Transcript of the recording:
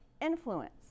influence